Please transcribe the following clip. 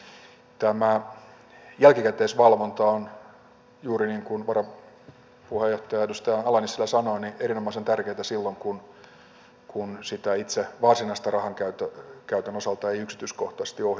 tämä jälkikäteisvalvonta on juuri niin kuin varanpuheenjohtaja edustaja ala nissilä sanoi erinomaisen tärkeätä silloin kun sitä varsinaisen rahankäytön osalta ei yksityiskohtaisesti ohjeisteta